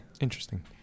Interesting